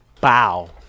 Bow